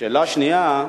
שאלה שנייה: